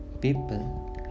people